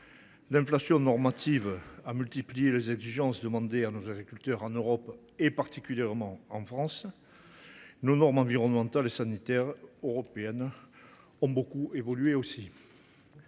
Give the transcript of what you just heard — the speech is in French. L’inflation normative a multiplié les exigences pour nos agriculteurs en Europe, particulièrement en France. Nos normes environnementales et sanitaires européennes ont aussi beaucoup évolué.